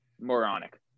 Moronic